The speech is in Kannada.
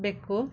ಬೆಕ್ಕು